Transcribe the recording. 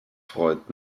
freut